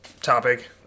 topic